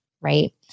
right